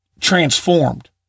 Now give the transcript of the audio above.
transformed